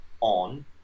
on